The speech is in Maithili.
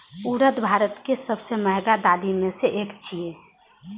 उड़द भारत के सबसं महग दालि मे सं एक छियै